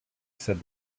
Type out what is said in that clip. said